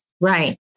Right